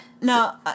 No